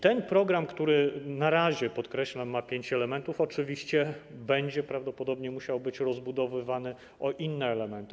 Ten program, który na razie, podkreślam, ma pięć elementów, oczywiście będzie prawdopodobnie musiał być rozbudowywany o inne elementy.